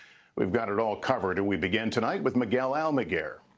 we've got it all covered and we begin tonight with miguel almaguer.